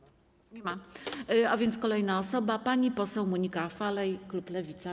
A więc kolejna osoba, pani poseł Monika Falej, klub Lewica.